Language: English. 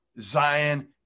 Zion